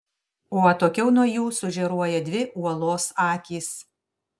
o atokiau nuo jų sužėruoja dvi uolos akys